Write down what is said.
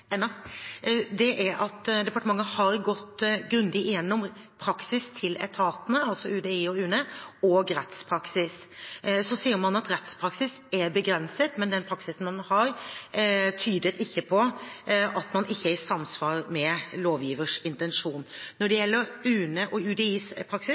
er at departementet har gått grundig igjennom praksisen til etatene, altså UDI og UNE, og rettspraksis. Så sier man at rettspraksis er begrenset, men den praksisen man har, tyder ikke på at man ikke er i samsvar med lovgivers intensjon. Når det gjelder UNE og UDIs praksis,